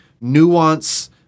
nuance